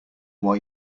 why